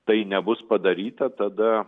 tai nebus padaryta tada